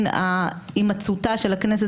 עמדתי בזמנים, היו"ר?